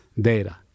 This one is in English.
data